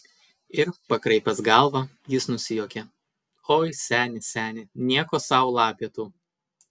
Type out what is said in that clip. ir pakraipęs galvą jis nusijuokė oi seni seni nieko sau lapė tu